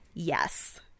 Yes